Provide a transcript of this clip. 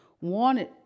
wanted